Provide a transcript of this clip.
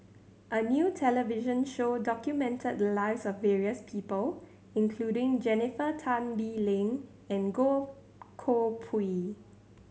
a new television show documented the lives of various people including Jennifer Tan Bee Leng and Goh Koh Pui